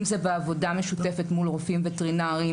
אם זה בעבודה משותפת מול רופאים וטרינריים,